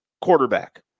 quarterback